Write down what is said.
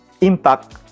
impact